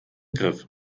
griff